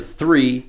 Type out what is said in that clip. three